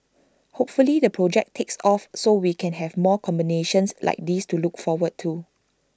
hopefully the project takes off so we can have more combinations like this to look forward to